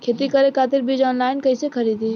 खेती करे खातिर बीज ऑनलाइन कइसे खरीदी?